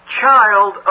child